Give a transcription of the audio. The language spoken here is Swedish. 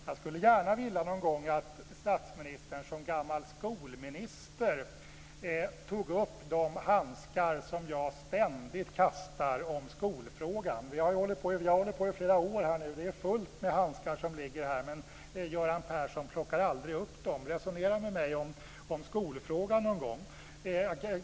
Jag skulle gärna vilja att statsministern som gammal skolminister tog upp de handskar jag ständigt kastar om skolfrågan. Jag har hållit på i flera år nu och det är fullt av handskar som ligger här, men Göran Persson plockar aldrig upp dem. Resonera med mig om skolfrågan någon gång!